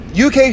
UK